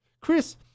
Chris